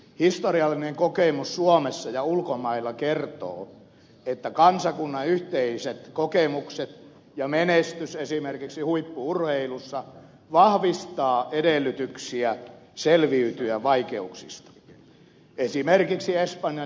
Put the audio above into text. historiallinen kokemus suomessa ja ulkomailla kertoo että kansakunnan yhteiset kokemukset ja menestys esimerkiksi huippu urheilussa vahvistavat edellytyksiä selviytyä vaikeuksista esimerkiksi espanjan jalkapallon maailmanmestaruus